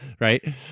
Right